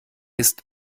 isst